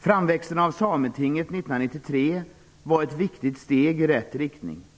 Framväxten av Sametinget 1993 var ett viktigt steg i rätt riktning.